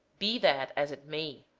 be that as it may.